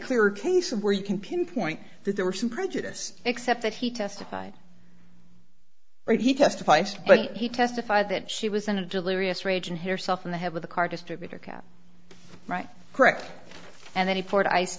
clear case of where you can pin point that there were some prejudice except that he testified that he testified but he testified that she was in a delirious rage and herself in the head with a car distributor cap right correct and then he poured ice